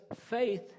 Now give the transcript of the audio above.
faith